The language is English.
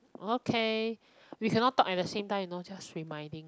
okay we cannot talk at the same time you know just reminding